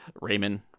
Raymond